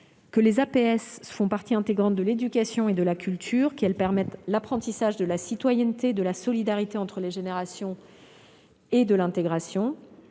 sportives font partie intégrante de l'éducation et de la culture et permettent l'apprentissage de la citoyenneté, de la solidarité entre les générations et de l'intégration